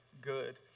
good